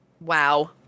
wow